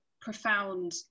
profound